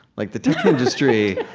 like, the tech industry,